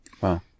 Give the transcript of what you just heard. Wow